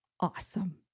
awesome